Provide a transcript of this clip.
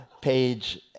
page